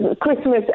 Christmas